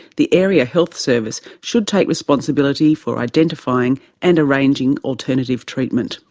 the area health service should take responsibility for identifying and arranging alternative treatment.